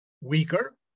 weaker